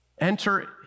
Enter